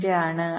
35 ആണ്